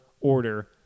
order